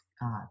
God